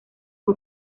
fue